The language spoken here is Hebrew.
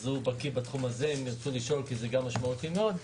והוא בקי בתחום הזה - וזה גם משמעותי מאוד,